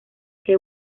que